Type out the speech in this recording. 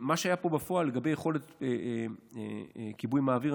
מה שהיה פה בפועל לגבי יכולת כיבוי מהאוויר,